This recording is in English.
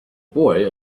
boy